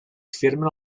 firmen